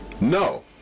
No